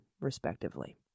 respectively